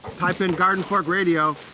type in gardenfork radio,